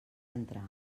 entrar